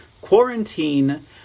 quarantine